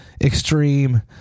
extreme